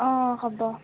অ হ'ব